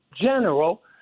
general